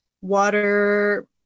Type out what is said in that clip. water